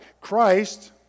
Christ